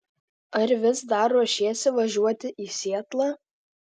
ar vis dar ruošiesi važiuoti į sietlą